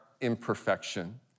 imperfection